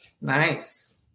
nice